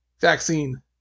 vaccine